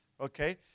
Okay